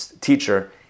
teacher